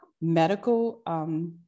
medical